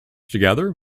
together